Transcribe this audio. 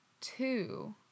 two